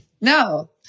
no